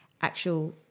actual